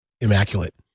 Immaculate